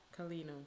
kalino